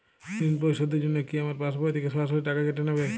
ঋণ পরিশোধের জন্য কি আমার পাশবই থেকে সরাসরি টাকা কেটে নেবে?